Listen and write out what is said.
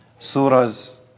surahs